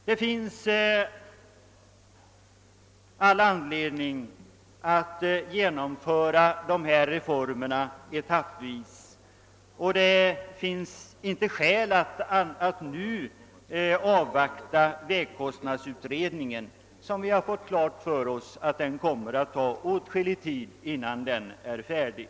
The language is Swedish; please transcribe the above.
Det är all anledning att genomföra dessa reformer etappvis, och det finns inte skäl att nu avvakta vägkostnadsutredningen; det kommer att ta åtskillig tid innan den blir färdig.